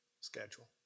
schedule